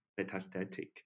metastatic